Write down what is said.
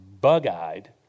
bug-eyed